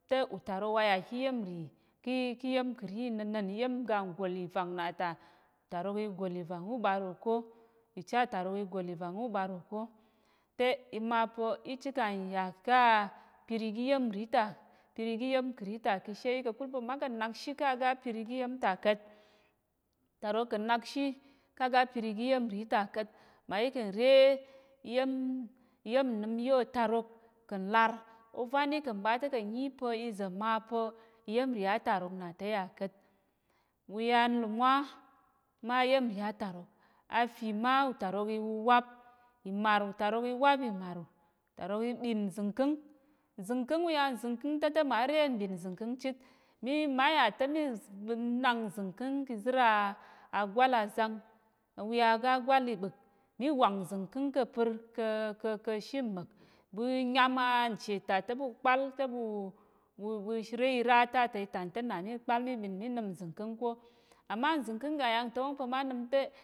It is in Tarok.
Te utarok waya kiyemri ki kiyem kəri nənən iyem ga ngòl ivang nata tarok igòl ivang uɓarwo ko icha tarok igòl ivang uɓarwo ko te imapa̱ ichikan yaka pir igiyəmri ta pir igiyəmkərita kashe yi kakul pa̱ ma ka̱ nakshi kaga pir igi yem ta ka̱t tarok ka̱ nakshi kaga pir igiyəmkərita ka̱t mayi ka̱nre iyem iyemnim yi otarok ka̱n lar ovanyi ka̱n ɓa te ka̱n nyi pa̱ ize mapa̱ iyemri atorok nata̱ yaka̱t uya nimwa ma yemri atorok afì ma utarok iwuwap imar utarok iwap imar utarok iɓid nzənking nzənking uya nzənking təte mare nɓid nzənking chit mi maya te ɓunang kəzir a agwal azang uya ga gwal iɓək miwang nzənking ka̱pir ka̱ kshi mmàk ɓunyam a nche tate ɓu kpal teɓu re ra te titan ta̱nata mikpal minim nzənking ko ama nzənking ga yangta̱ wong pa̱ma nimte